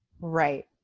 Right